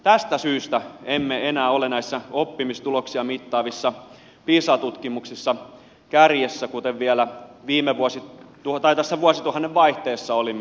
tästä syystä emme enää ole näissä oppimistuloksia mittaavissa pisa tutkimuksissa kärjessä kuten vielä vuosituhannen vaihteessa olimme